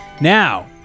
Now